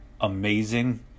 amazing